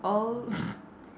all